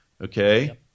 Okay